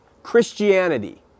Christianity